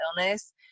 illness